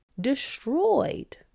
destroyed